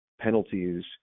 penalties